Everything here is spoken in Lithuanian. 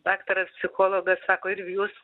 daktaras psichologas sako ir jūs